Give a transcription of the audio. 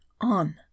on